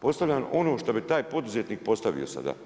Postavljam ono što bi taj poduzetnik postavio sada.